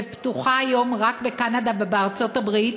ופתוחה היום רק בקנדה ובארצות-הברית,